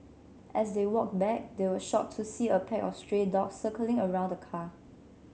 as they walked back they were shocked to see a pack of stray dogs circling around the car